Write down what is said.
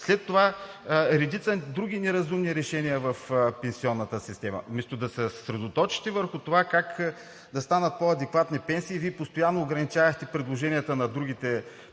След това редица други неразумни решения в пенсионната система. Вместо да се съсредоточите върху това как да станат по адекватни пенсиите, Вие постоянно ограничавахте предложенията на другите